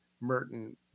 Merton